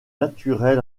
naturel